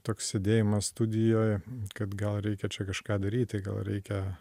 toks sėdėjimas studijoj kad gal reikia čia kažką daryti gal reikia